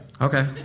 Okay